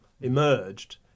emerged